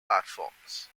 platforms